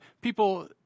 people